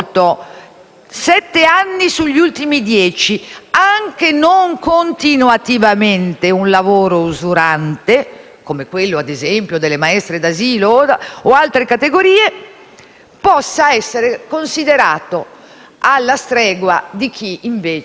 anche non continuativamente, un lavoro usurante, come quello ad esempio delle maestre di asilo o di altre categorie, possa essere considerato alla stregua di chi invece quel lavoro usurante lo ha fatto davvero tutta la vita.